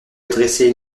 adresser